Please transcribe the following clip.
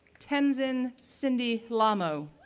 tenzin cindy lhamo,